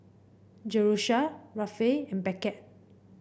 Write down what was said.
Jerusha Rafe and Beckett